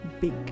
big